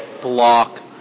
block